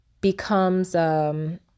becomes